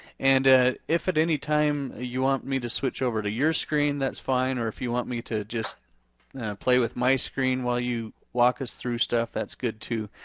and ah if at any time you want me to switch over to your screen that's fine or if you want me to just play with my screen while you walk us through stuff, that's good too.